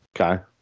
okay